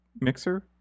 Mixer